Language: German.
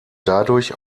dadurch